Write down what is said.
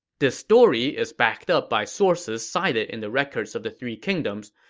this story is backed up by sources cited in the records of the three kingdoms,